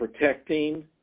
protecting